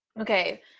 Okay